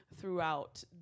throughout